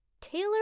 Taylor